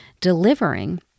delivering